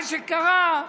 מה שקרה,